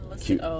Cute